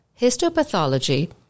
Histopathology